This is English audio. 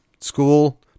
school